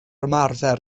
ymarfer